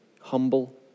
humble